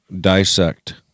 Dissect